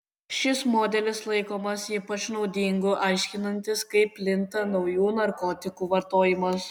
šis modelis laikomas ypač naudingu aiškinantis kaip plinta naujų narkotikų vartojimas